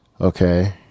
Okay